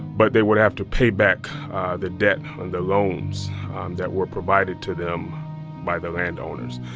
but they would have to pay back the debt on the loans that were provided to them by the landowners.